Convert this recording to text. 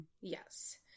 Yes